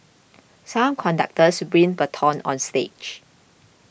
some conductors bring batons on stage